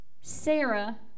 Sarah